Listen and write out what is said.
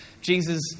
Jesus